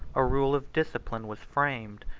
a rule of discipline was framed,